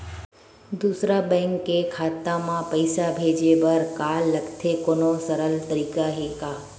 दूसरा बैंक के खाता मा पईसा भेजे बर का लगथे कोनो सरल तरीका हे का?